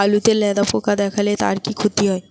আলুতে লেদা পোকা দেখালে তার কি ক্ষতি হয়?